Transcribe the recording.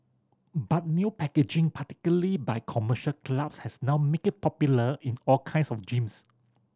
but new packaging particularly by commercial clubs has now make it popular in all kinds of gyms